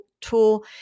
tool